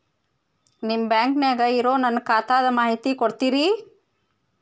ನಿಮ್ಮ ಬ್ಯಾಂಕನ್ಯಾಗ ಇರೊ ನನ್ನ ಖಾತಾದ ಮಾಹಿತಿ ಕೊಡ್ತೇರಿ?